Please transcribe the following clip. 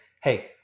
hey